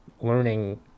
learning